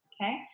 Okay